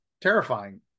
terrifying